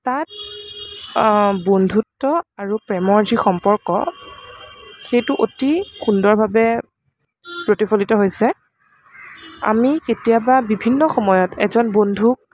তাত বন্ধুত্ব আৰু প্ৰেমৰ যি সম্পৰ্ক সেইটো অতি সুন্দৰভাৱে প্ৰতিফলিত হৈছে আমি কেতিয়াবা বিভিন্ন সময়ত এজন বন্ধুক